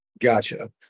gotcha